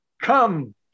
Come